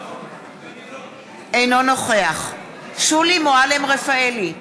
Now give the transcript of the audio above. אינו נוכח שולי מועלם-רפאלי,